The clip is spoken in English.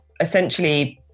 essentially